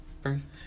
first